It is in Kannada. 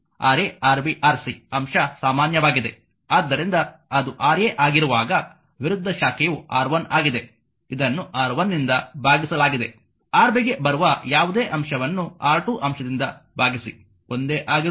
ಆದ್ದರಿಂದ ಅದು Ra ಆಗಿರುವಾಗ ವಿರುದ್ಧ ಶಾಖೆಯು R1 ಆಗಿದೆ ಇದನ್ನು R1 ನಿಂದ ಭಾಗಿಸಲಾಗಿದೆ Rb ಗೆ ಬರುವ ಯಾವುದೇ ಅಂಶವನ್ನು R2 ಅಂಶದಿಂದ ಭಾಗಿಸಿ ಒಂದೇ ಆಗಿರುತ್ತದೆ